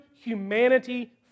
humanity